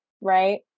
Right